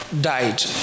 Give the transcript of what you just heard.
died